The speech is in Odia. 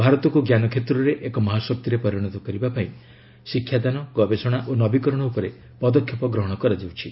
ଭାରତକୁ ଜ୍ଞାନକ୍ଷେତ୍ରରେ ଏକ ମହାଶକ୍ତିରେ ପରିଣତ କରିବା ପାଇଁ ଶିକ୍ଷାଦାନ ଗବେଷଣା ଓ ନବୀକରଣ ଉପରେ ପଦକ୍ଷେପ ଗ୍ରହଣ କରାଯାଉଛି